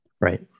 Right